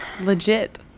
legit